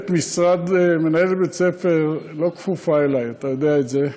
מנהלת בית-ספר לא כפופה אלי, אתה יודע את זה.